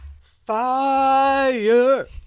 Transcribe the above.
fire